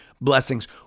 blessings